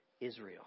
Israel